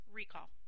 recall